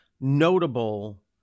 notable